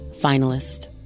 finalist